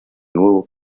nuevo